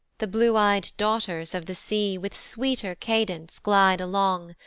the blue-ey'd daughters of the sea with sweeter cadence glide along,